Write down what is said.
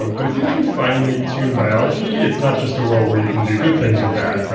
um but if you can finely tune biology, it's not just a world where you can do good things with that.